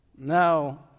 Now